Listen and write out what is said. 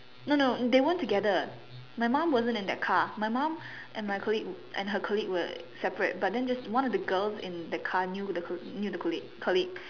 no no they weren't together my mom wasn't in that car my mom and my colleague and her colleague were separate but then just one of the girls in the car knew the knew the colleague colleague